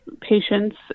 patients